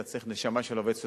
אתה צריך נשמה של עובד סוציאלי.